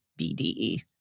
BDE